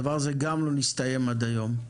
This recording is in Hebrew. הדבר הזה גם לא נסתיים עד היום.